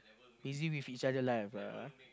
busy with each other life ah